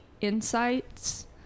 insights